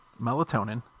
Melatonin